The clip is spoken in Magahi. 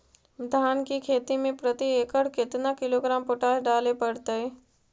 धान की खेती में प्रति एकड़ केतना किलोग्राम पोटास डाले पड़तई?